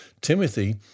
Timothy